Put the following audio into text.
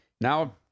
Now